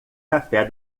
café